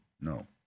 no